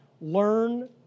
learn